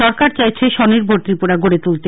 সরকার চাইছে স্বনির্ভর ত্রিপুরা গডে তুলতে